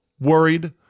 worried